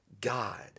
God